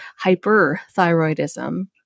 hyperthyroidism